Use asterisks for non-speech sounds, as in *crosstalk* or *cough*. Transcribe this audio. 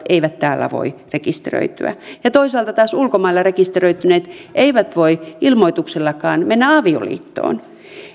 *unintelligible* eivät täällä voi rekisteröityä ja toisaalta taas ulkomailla rekisteröityneet eivät voi ilmoituksellakaan mennä avioliittoon